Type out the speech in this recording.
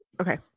okay